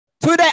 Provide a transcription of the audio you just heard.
Today